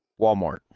Walmart